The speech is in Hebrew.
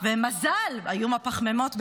איום הפחמימות.